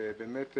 ובאמת,